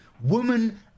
woman